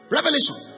Revelation